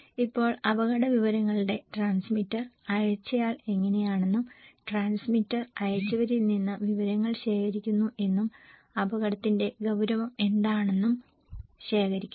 ഇപ്പോൾ അപകട വിവരങ്ങളുടെ ട്രാൻസ്മിറ്റർ അയച്ചയാൾ എങ്ങനെയാണെന്നും ട്രാൻസ്മിറ്റർ അയച്ചവരിൽ നിന്ന് വിവരങ്ങൾ ശേഖരിക്കുന്നു എന്നും അപകടത്തിന്റെ ഗൌരവം എന്താണെന്നും ശേഖരിക്കുന്നു